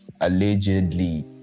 allegedly